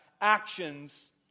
actions